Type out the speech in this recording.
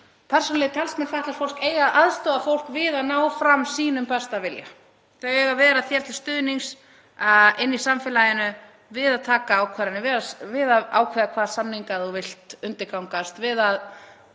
Persónulegir talsmenn fatlaðs fólks eiga að aðstoða fólk við að ná fram sínum besta vilja. Þeir eiga að vera því til stuðnings í samfélaginu við að taka ákvarðanir, við að ákveða hvaða samninga það vill undirgangast, við að